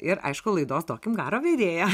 ir aišku laidos duokim garo vedėja